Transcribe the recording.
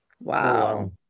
Wow